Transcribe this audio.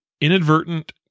inadvertent